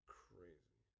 crazy